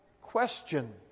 question